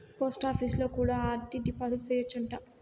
పోస్టాపీసులో కూడా RD deposit సేయచ్చు అంట